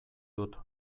dut